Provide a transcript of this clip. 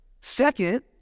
Second